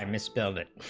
um dispel that